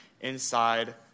inside